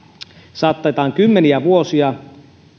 saatetaan kymmeniä vuosia